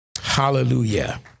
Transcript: Hallelujah